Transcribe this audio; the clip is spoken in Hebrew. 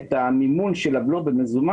את המימון של הבלו במזומן,